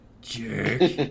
Jerk